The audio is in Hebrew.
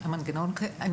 אני